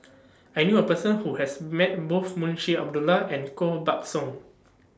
I knew A Person Who has Met Both Munshi Abdullah and Koh Buck Song